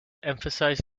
emphasized